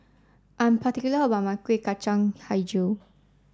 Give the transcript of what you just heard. I am particular about my Kuih Kacang Hijau